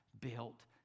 built